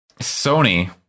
Sony